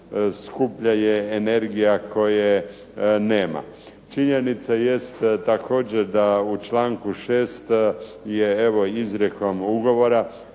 najskuplja je energija koje nema. Činjenica jest također da u članku 6. je evo izrijekom ugovora,